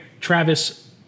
Travis